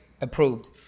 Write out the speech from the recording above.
approved